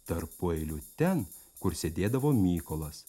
tarpueiliu ten kur sėdėdavo mykolas